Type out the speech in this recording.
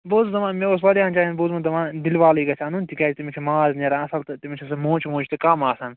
بہٕ اوسُس دپان مےٚ اوس واریاہَن جاین بوٗزمُت دپان دلوالٕے گَژھہِ اَنُن تِکیٛاز تٔمس چھُ ماز نیران اصٕل تہٕ تٔمس چھِ موچہ ووچہ تہِ کم آسان